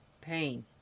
pain